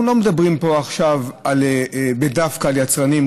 אנחנו לא מדברים פה עכשיו דווקא על יצרנים,